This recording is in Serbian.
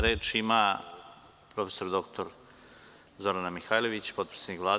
Reč ima prof. dr Zorana Mihajlović, potpredsednik Vlade.